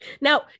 Now